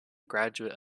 graduate